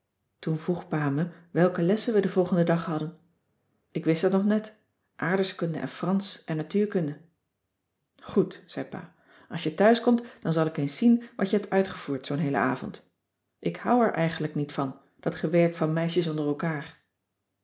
toen vroeg pa me welke lessen we den volgenden dag hadden ik wist het nog net aardrijkskunde en fransch en natuurkunde goed zei pa als je thuiskomt dan zal ik eens zien wat je hebt uitgevoerd zoo'n heelen avond ik houd er eigenlijk niet van dat gewerk van meisjes onder elkaar